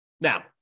Now